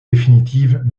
définitive